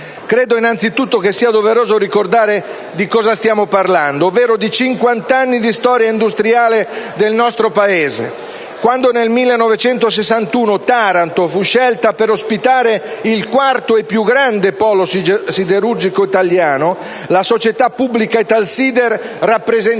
Credo innanzitutto che sia doveroso ricordare di cosa stiamo parlando: ovvero di cinquant'anni di storia industriale del nostro Paese. Quando, nel 1961, Taranto fu scelta per ospitare il quarto e più grande polo siderurgico italiano, la società pubblica Italsider rappresentava